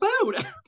food